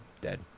Dead